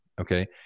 Okay